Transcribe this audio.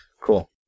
Cool